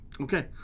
Okay